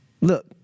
Look